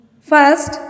First